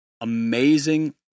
amazing